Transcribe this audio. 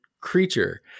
creature